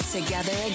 Together